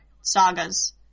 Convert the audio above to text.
sagas